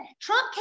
Trump